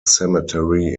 cemetery